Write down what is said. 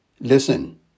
Listen